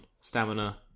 stamina